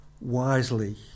wisely